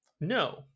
no